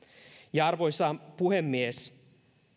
arvoisa puhemies